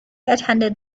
attended